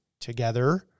together